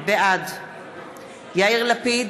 בעד יאיר לפיד,